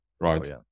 right